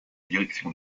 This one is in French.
direction